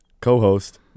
co-host